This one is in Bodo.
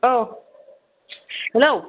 औ हैलो